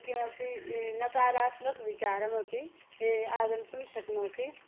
किमपि नकारात्मकविचारमपि आगन्तुं शक्नोति